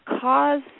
cause